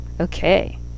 Okay